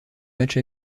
matchs